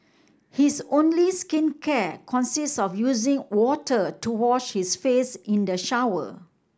his only skincare consists of using water to wash his face in the shower